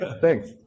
Thanks